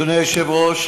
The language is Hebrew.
אדוני היושב-ראש,